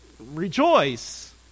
rejoice